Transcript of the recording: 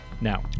now